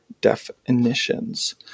definitions